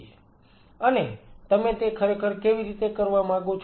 અને તમે તે ખરેખર કેવી રીતે કરવા માંગો છો